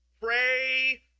Pray